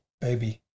baby